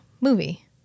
movie